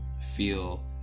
feel